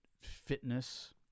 Fitness